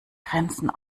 grenzen